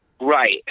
Right